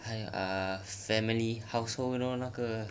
!aiya! family household you know 那个